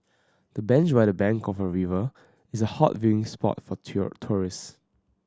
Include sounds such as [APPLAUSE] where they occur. the bench by the bank of the river is a hot viewing spot for [UNINTELLIGIBLE] tourist